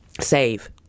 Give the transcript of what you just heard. save